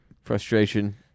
frustration